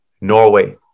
Norway